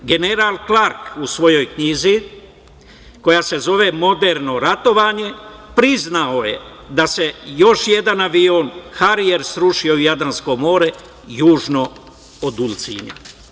General Klark u svojoj knjizi koja se zove „Moderno ratovanje“ priznao je da se još jedan avion Harijer srušio u Jadransko more južno od Ulcinja.